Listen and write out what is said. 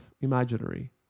imaginary